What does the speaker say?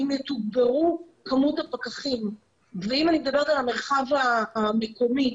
ואם יתוגברו כמויות הפקחים ואם אני מדברת על המרחב המקומי,